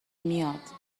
میاد